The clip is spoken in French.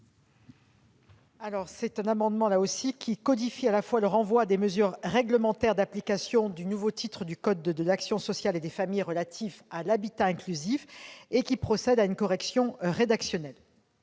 Cet amendement vise à codifier le renvoi à des mesures réglementaires d'application du nouveau titre du code de l'action sociale et des familles relatif à l'habitat inclusif ainsi qu'à procéder à une correction rédactionnelle.